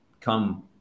come